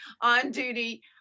on-duty